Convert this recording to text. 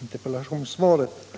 interpellationssvaret.